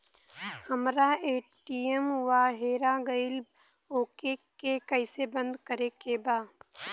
हमरा ए.टी.एम वा हेरा गइल ओ के के कैसे बंद करे के बा?